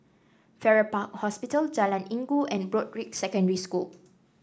Farrer Park Hospital Jalan Inggu and Broadrick Secondary School